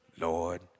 Lord